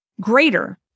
greater